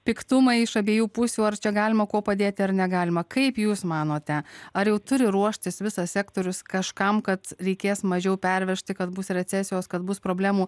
piktumai iš abiejų pusių ar čia galima kuo padėti ar negalima kaip jūs manote ar jau turi ruoštis visas sektorius kažkam kad reikės mažiau pervežti kad bus recesijos kad bus problemų